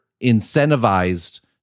incentivized